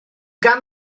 gan